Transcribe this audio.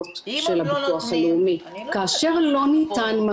הם רוצים לתת את